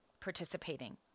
participating